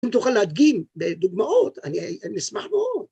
אם תוכל להדגים בדוגמאות, אני אשמח מאוד.